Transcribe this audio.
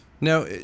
Now